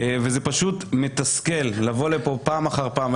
וזה פשוט מתסכל לבוא לפה פעם אחר פעם.